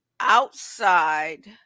outside